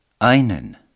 einen